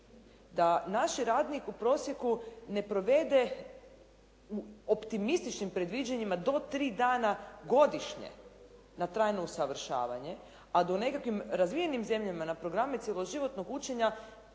da naš radnik u prosjeku ne provede u optimističnim predviđanjima do tri dana godišnje na trajno usavršavanje, a dok u nekakvim razvijenim zemljama na programe cjeloživotnog učenja